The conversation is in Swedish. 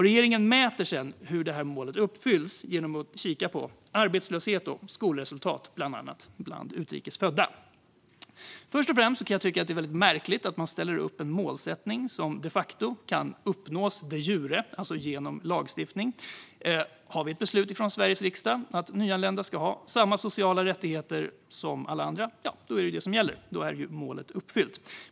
Regeringen mäter sedan hur det målet uppfylls genom att kika på bland annat arbetslöshet och skolresultat bland utrikes födda. Först och främst kan jag tycka att det är väldigt märkligt att man ställer upp en målsättning som de facto kan uppnås de jure, alltså genom lagstiftning. Har vi ett beslut från Sveriges riksdag att nyanlända ska ha samma sociala rättigheter som alla andra är det vad som gäller. Då är målet uppfyllt.